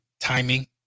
timing